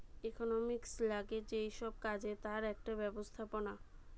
economics লাগে যেই সব কাজে তার একটা ব্যবস্থাপনা